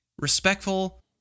Respectful